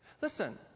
Listen